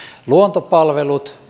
luontopalvelut